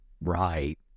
right